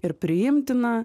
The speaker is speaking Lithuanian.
ir priimtina